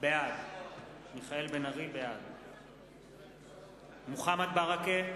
בעד מוחמד ברכה,